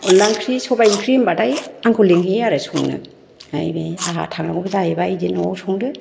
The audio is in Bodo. अनला ओंख्रि सबाइ ओंख्रि होनबाथाय आंखौ लिंहैयो आरो संनो ओमफ्राय बे आंहा थांनांगौबो जाहैबाय बिदिनो न'आव संदो